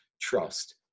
trust